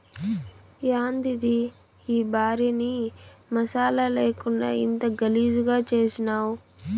యాందిది ఈ భార్యని మసాలా లేకుండా ఇంత గలీజుగా చేసినావ్